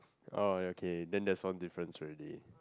oh yeah okay then that's one difference already